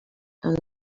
and